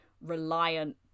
reliant